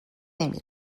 نمی